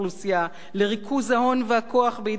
לריכוז ההון והכוח בידי יחידים.